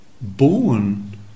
born